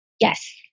Yes